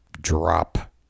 drop